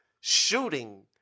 shooting